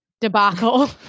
debacle